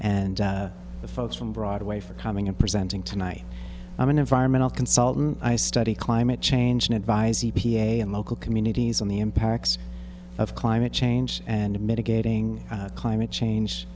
and the folks from broadway for coming and presenting tonight i'm an environmental consultant i study climate change and advise e p a and local communities on the impacts of climate change and mitigating climate change